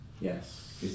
Yes